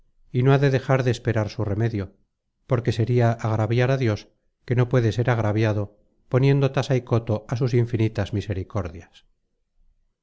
y no ha de dejar de esperar su remedio porque sería agraviar á dios que no puede ser agraviado poniendo tasa y coto á sus infinitas misericordias